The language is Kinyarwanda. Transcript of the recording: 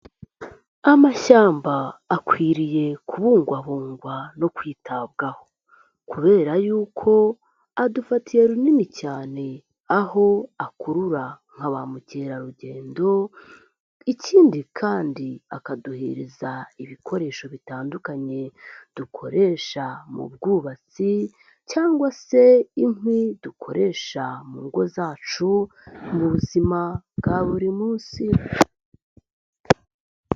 Amashyamba akwiriye kubungwabungwa no kwitabwaho kubera yuko adufatiye runini cyane aho akurura nkaba mukerarugendo ikindi kandi akaduhiriza ibikoresho bitandukanye dukoresha mu bwubatsi cyangwa se inkwi dukoresha mu ingo zacu mu buzima bwa buri munsi.